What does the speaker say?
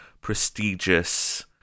prestigious